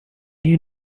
you